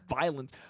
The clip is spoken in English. violence